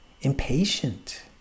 impatient